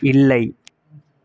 இல்லை